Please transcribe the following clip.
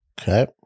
Okay